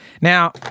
Now